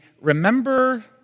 remember